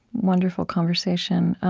wonderful conversation.